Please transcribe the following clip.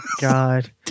God